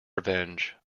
revenge